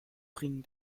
bringen